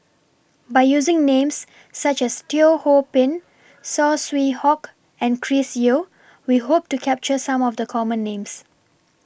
By using Names such as Teo Ho Pin Saw Swee Hock and Chris Yeo We Hope to capture Some of The Common Names